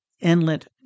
Inlet